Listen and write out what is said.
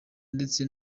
ndetse